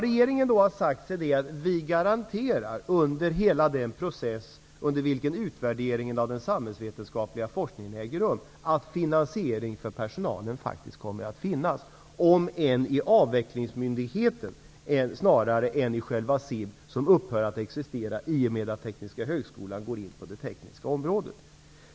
Regeringen har då sagt att den under hela den process under vilken utvärderingen av den samhällsvetenskapliga forskningen äger rum garanterar att finansiering för personalen faktiskt kommer att finnas om än i avvecklingsmyndigheten snarare än i själva SIB som upphör att existera i och med att Tekniska högskolan går in på det tekniska området.